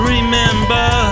Remember